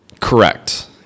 Correct